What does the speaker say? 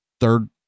third